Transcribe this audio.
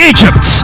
Egypt